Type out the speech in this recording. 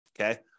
Okay